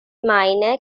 minor